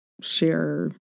share